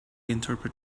interpret